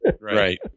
Right